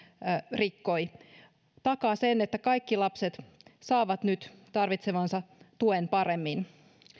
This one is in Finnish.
rikkoi takaavat sen että kaikki lapset saavat nyt tarvitsemansa tuen paremmin